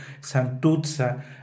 Santuzza